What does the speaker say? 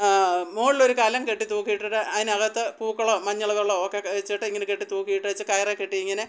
മുകളിലൊരു കലം കെട്ടി തൂക്കിയിട്ടിട്ട് അതിനകത്ത് പൂക്കളോ മഞ്ഞൾ വെള്ളമോ ഒക്കെ വെച്ചിട്ട് ഇങ്ങനെ കെട്ടി തൂക്കിയിട്ടേച്ച് കയറിൽ കെട്ടിയിങ്ങനെ